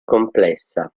complessa